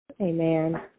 Amen